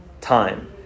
time